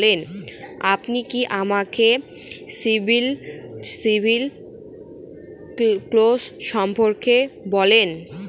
আপনি কি আমাকে সিবিল স্কোর সম্পর্কে বলবেন?